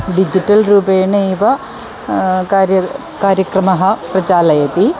digital रूपेणैव कार्यं कार्यक्रमः प्रचालयति